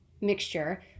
mixture